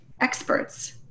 experts